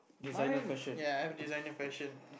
mine ya I'm a designer fashion